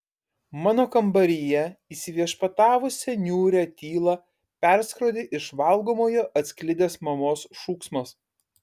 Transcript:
mano kambaryje įsiviešpatavusią niūrią tylą perskrodė iš valgomojo atsklidęs mamos šūksmas